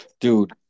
Dude